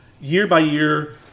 year-by-year